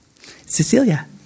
Cecilia